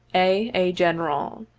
a. a. general.